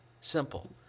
simple